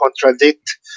contradict